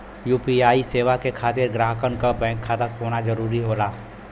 UPI सेवा के खातिर ग्राहकन क बैंक खाता होना जरुरी होला